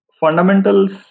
fundamentals